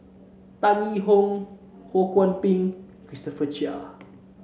Tan Yee Hong Ho Kwon Ping Christopher Chia